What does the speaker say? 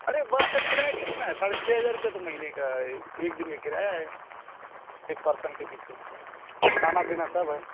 अरे बस का किराया कितना है साढ़े छः हज़ार रुपये तो महीने का एक दिन का किराया है एक पर्सन के पीछे खाना पीना सब है